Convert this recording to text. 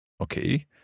Okay